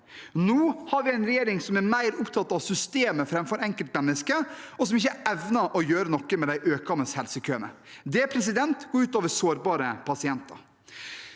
Nå har vi en regjering som er mer opptatt av systemet framfor enkeltmennesket, og som ikke evner å gjøre noe med de økende helsekøene. Det går ut over sårbare pasienter.